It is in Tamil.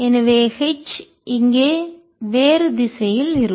எனவே எச் இங்கே வேறு திசையில் இருக்கும்